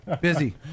busy